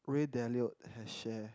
Ray-Dalio has share